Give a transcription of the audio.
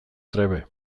trebe